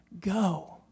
go